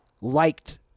Liked